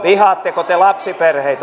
vihaatteko te lapsiperheitä